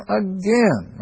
again